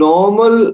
Normal